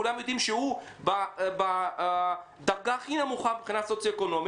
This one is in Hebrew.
כולם יודעים שהוא בדרגה הכי נמוכה מבחינה סוציו-אקונומית,